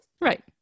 Right